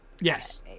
Yes